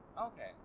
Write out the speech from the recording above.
Okay